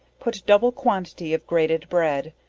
put double quantity of grated bread,